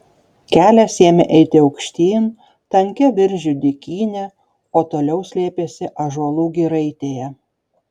kelias ėmė eiti aukštyn tankia viržių dykyne o toliau slėpėsi ąžuolų giraitėje